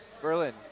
Berlin